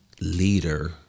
leader